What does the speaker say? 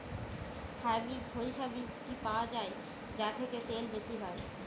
Hybrid শরিষা বীজ কি পাওয়া য়ায় যা থেকে বেশি তেল হয়?